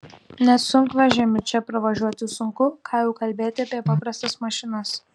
net sunkvežimiu čia pravažiuoti sunku ką jau kalbėti apie paprastas mašinas